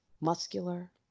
muscular